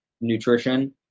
nutrition